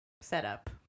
setup